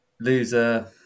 Loser